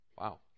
Wow